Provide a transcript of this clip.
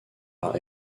par